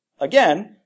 again